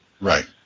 Right